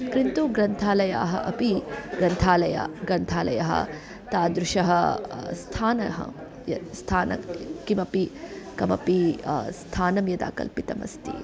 क्रिन्तु ग्रन्थालयाः अपि ग्रन्थालयः गन्थालयः तादृशः स्थानं यत् स्थानं किमपि किमपि स्थानं यदा कल्पितमस्ति